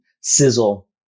sizzle